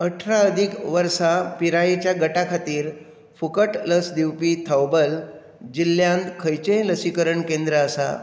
अठरा अदीक वर्सां पिरायेच्या गटा खातीर फुकट लस दिवपी थौबल जिल्ल्यांत खंयचेंय लसीकरण केंद्र आसा